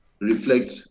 reflect